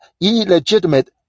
illegitimate